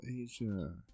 Asia